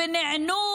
ונענו